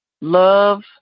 love